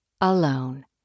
alone